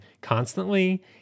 constantly